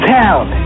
town